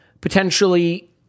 potentially